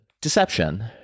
deception